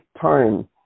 time